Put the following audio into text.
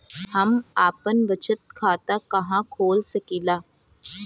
हम आपन बचत खाता कहा खोल सकीला?